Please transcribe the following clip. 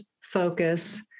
focus